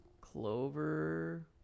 Clover